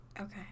Okay